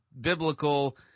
biblical